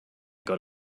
got